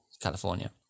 California